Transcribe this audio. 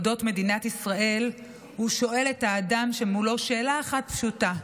אודות מדינת ישראל הוא שואל את האדם שמולו שאלה אחת פשוטה: